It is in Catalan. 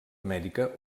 amèrica